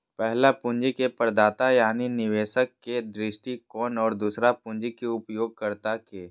पहला पूंजी के प्रदाता यानी निवेशक के दृष्टिकोण और दूसरा पूंजी के उपयोगकर्ता के